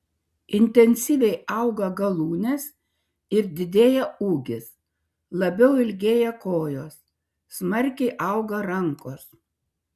intensyviai auga galūnės ir didėja ūgis labiau ilgėja kojos smarkiai auga rankos